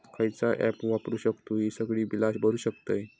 खयचा ऍप वापरू शकतू ही सगळी बीला भरु शकतय?